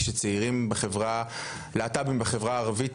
שצעירים להט״בים בחברה הערבית,